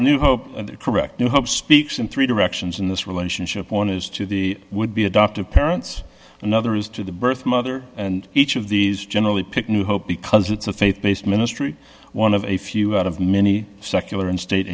couple correct no hope speaks in three directions in this relationship one is to the would be adoptive parents another is to the birth mother and each of these generally pick new hope because it's a faith based ministry one of a few out of many secular and state